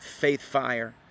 faithfire